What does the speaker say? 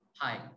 Hi